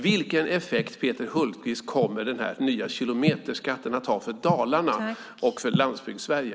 Vilken effekt, Peter Hultqvist, kommer den nya kilometerskatten att få för Dalarna och för Landsbygdssverige?